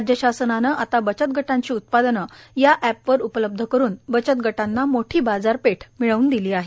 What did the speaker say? राज्य शासनाने आता बचतगटांची उत्पादने या एपवर उपलब्ध करुन बचतगटांना मोठी बाजारपेठ मिळवून दिली आहे